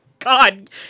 God